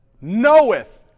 knoweth